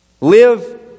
Live